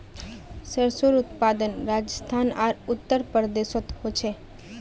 सर्सोंर उत्पादन राजस्थान आर उत्तर प्रदेशोत होचे